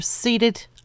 Seated